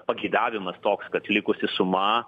pageidavimas toks kad likusi suma